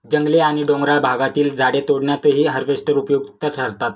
जंगली आणि डोंगराळ भागातील झाडे तोडण्यातही हार्वेस्टर उपयुक्त ठरतात